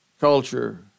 culture